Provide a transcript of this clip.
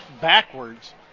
backwards